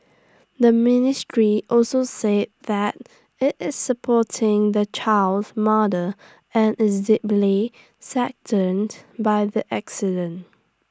the ministry also say that IT is supporting the child's mother and is deeply saddened by the accident